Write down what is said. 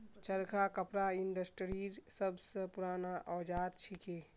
चरखा कपड़ा इंडस्ट्रीर सब स पूराना औजार छिके